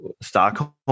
Stockholm